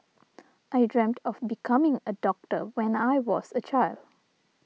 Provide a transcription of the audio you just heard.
I dreamt of becoming a doctor when I was a child